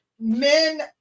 men